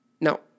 Now